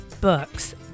Books